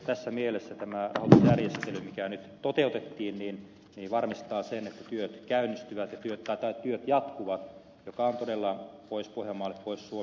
tässä mielessä tämä rahoitusjärjestely mikä nyt toteutettiin varmistaa sen että työt jatkuvat mikä on todella pohjois pohjanmaalle pohjois suomelle äärettömän iso ja myönteinen asia